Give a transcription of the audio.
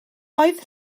oedd